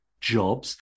jobs